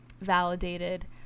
validated